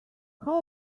how